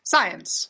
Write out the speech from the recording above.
Science